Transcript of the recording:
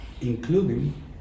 including